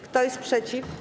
Kto jest przeciw?